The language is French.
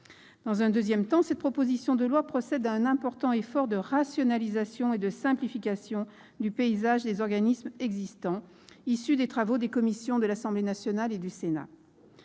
Dans un second temps, cette proposition de loi procède à un important effort de rationalisation et de simplification du paysage des organismes existants, effort qui résulte des travaux des commissions des lois de l'Assemblée nationale et du Sénat.